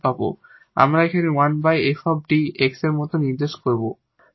আমরা এখানে 1𝑓𝐷 𝑋 এর মতো নির্দেশ করব